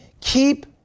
keep